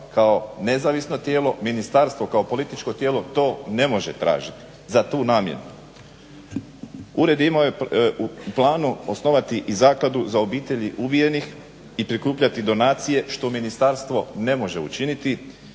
kao nezavisno tijelo. Ministarstvo kao političko tijelo to ne može tražiti za tu namjenu. Ured je imao u planu osnovati i zakladu za obitelji ubijenih i prikupljati donacije što ministarstvo ne može učiniti.